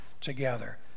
together